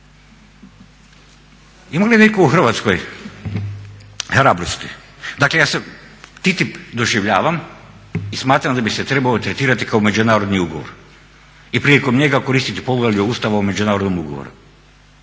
ima li netko u Hrvatskoj hrabrosti, dakle ja TTIP doživljavam i smatram da bi se trebao tretirati kao međunarodni ugovor i prilikom njega koristiti poglavlje ustavom o međunarodnom ugovoru,